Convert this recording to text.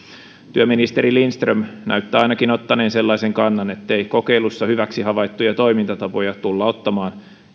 työministeri lindström näyttää ottaneen sellaisen kannan ettei kokeilussa hyväksi havaittuja toimintatapoja tulla ottamaan